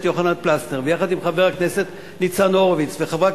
יוחנן פלסנר ויחד עם חבר הכנסת ניצן הורוביץ וחברת